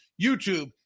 YouTube